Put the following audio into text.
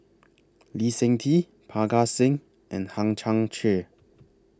Lee Seng Tee Parga Singh and Hang Chang Chieh